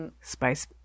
Spice